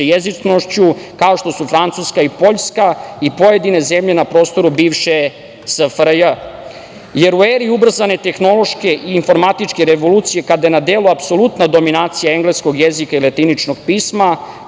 jezičnošću kao što su Francuska i Poljska i pojedine zemlje na prostoru bivše SFRJ.U eri ubrzane tehnološke i informatičke revolucije kada je na delu apsolutna dominacija engleskog jezika i latiničnog pisma,